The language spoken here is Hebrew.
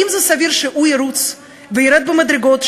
האם סביר שהוא ירוץ וירד במדרגות,